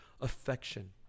affection